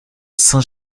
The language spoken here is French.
saint